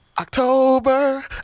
October